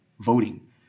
voting